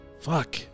fuck